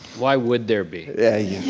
why would there be? yeah yeah